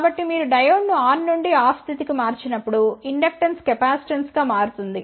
కాబట్టి మీరు డయోడ్ను ఆన్ నుండి ఆఫ్ స్థితి కి మార్చి నప్పుడు ఇండక్టెన్స్ కెపాసిటెన్స్గా మారుతుంది